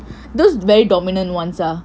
those very dominant ones ah